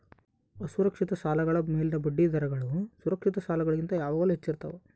ಅಸುರಕ್ಷಿತ ಸಾಲಗಳ ಮೇಲಿನ ಬಡ್ಡಿದರಗಳು ಸುರಕ್ಷಿತ ಸಾಲಗಳಿಗಿಂತ ಯಾವಾಗಲೂ ಹೆಚ್ಚಾಗಿರ್ತವ